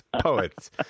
poets